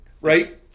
Right